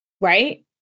right